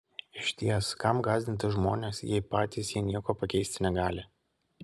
išties kam gąsdinti žmones jei patys jie nieko pakeisti negali